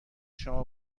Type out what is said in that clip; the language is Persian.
شما